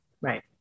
Right